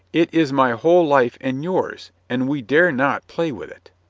it is my whole life and yours, and we dare not play with it.